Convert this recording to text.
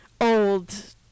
old